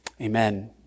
Amen